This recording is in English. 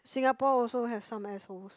Singapore also have some assholes